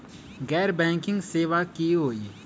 गैर बैंकिंग सेवा की होई?